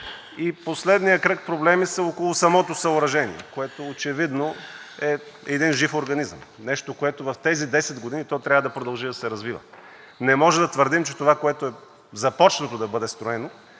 И последният кръг проблеми са около самото съоръжение, което очевидно е един жив организъм, нещо, което в тези 10 години то трябва да продължи да се развива. Не може да твърдим, че това, което е започнато да бъде строено